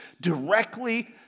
directly